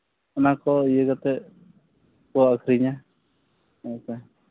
ᱚᱱᱟ ᱠᱚ ᱤᱭᱟᱹ ᱠᱟᱛᱮᱫ ᱠᱚ ᱟᱹᱠᱷᱨᱤᱧᱟ ᱦᱮᱸ ᱥᱮ